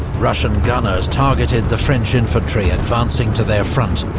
russian gunners targeted the french infantry advancing to their front,